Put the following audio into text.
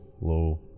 low